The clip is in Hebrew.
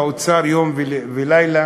והאוצר יום ולילה